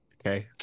Okay